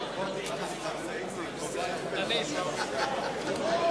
חבר הכנסת דוד רותם,